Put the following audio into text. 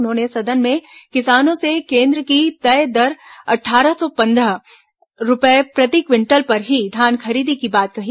उन्होंने सदन में किसानों से केन्द्र की तय दर अट्ठारह सौ पंद्रह रूपये प्रति क्विंटल पर ही धान खरीदने की बात कही